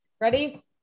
ready